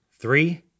three